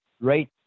right